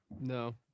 No